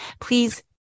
please